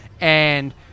and-